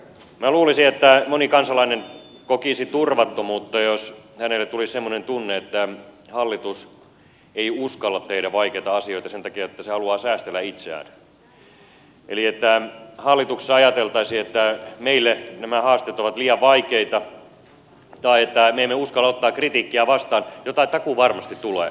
minä luulisin että moni kansalainen kokisi turvattomuutta jos hänelle tulisi semmoinen tunne että hallitus ei uskalla tehdä vaikeita asioita sen takia että se haluaa säästellä itseään eli että hallituksessa ajateltaisiin että meille nämä haasteet ovat liian vaikeita tai että me emme uskalla ottaa kritiikkiä vastaan jota takuuvarmasti tulee